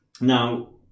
now